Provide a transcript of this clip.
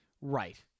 Right